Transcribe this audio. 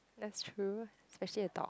that's true especially a dog